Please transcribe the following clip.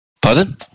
Pardon